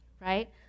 Right